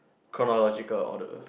chronological order